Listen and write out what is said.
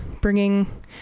bringing